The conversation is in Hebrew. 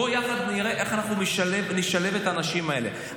בוא יחד נראה איך נשלב את האנשים האלה,